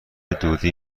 دودی